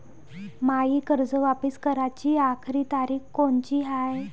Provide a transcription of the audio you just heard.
मायी कर्ज वापिस कराची आखरी तारीख कोनची हाय?